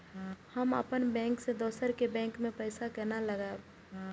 हम अपन बैंक से दोसर के बैंक में पैसा केना लगाव?